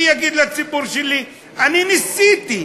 אני אגיד לציבור שלי: אני ניסיתי,